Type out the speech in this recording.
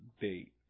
date